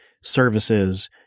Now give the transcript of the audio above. services